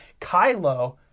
Kylo